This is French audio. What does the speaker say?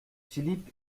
philippe